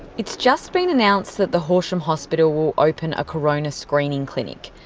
it's just been announced that the horsham hospital will open a corona screening clinic,